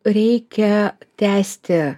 reikia tęsti